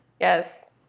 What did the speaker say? yes